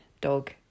Dog